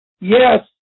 Yes